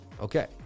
Okay